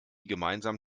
gemeinsam